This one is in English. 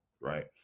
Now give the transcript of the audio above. right